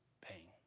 pain